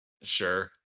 Sure